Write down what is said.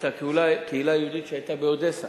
על הקהילה היהודית שהיתה באודסה.